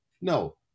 No